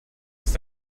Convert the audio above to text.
ist